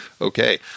okay